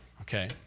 okay